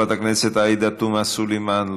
חברת הכנסת עאידה תומא סלימאן,